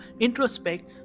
introspect